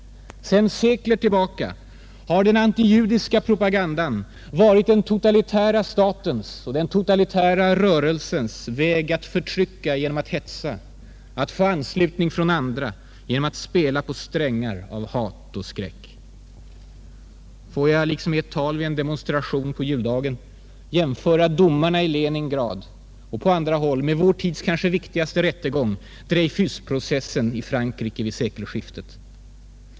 Sedan sekler tillbaka har den antijudiska propagandan varit den totalitära statens och den totalitära rörelsens väg att förtrycka genom att hetsa, att få anslutning från andra genom att spela på strängar av hat och skräck. Får jag, liksom i ett tal vid en demonstration på juldagen, jämföra domarna i Leningrad och på andra håll med vår tids kanske viktigaste rättegång, Dreyfusprocessen i Frankrike vid sekelskiftet.